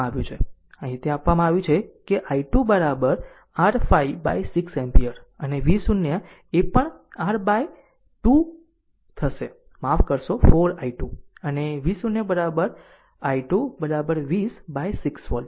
આમ અહીં તે આપવામાં આવ્યું છે કે i2 r 5 by 6 એમ્પીયર અને v0 એ પણ r 4 બાય 2 થશે માફ કરશો 4 i2 અને v0 i2 20 by 6 વોલ્ટ